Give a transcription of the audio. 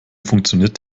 funktioniert